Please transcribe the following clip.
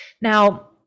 now